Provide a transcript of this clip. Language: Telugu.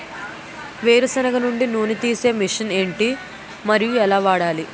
వేరు సెనగ నుండి నూనె నీ తీసే మెషిన్ ఏంటి? మరియు ఎలా వాడాలి?